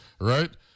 Right